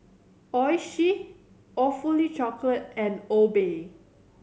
Oishi Awfully Chocolate and Obey